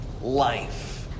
life